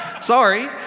Sorry